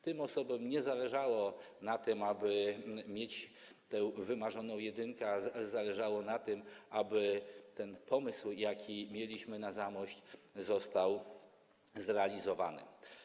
Tym osobom nie zależało na tym, aby mieć tę wymarzoną jedynkę, ale zależało im na tym, aby ten pomysł, jaki mieliśmy na Zamość, został zrealizowany.